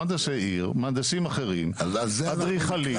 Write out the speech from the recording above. מהנדסי עיר, מהנדסים אחרים, אדריכלים.